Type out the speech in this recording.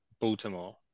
Baltimore